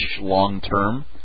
long-term